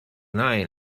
night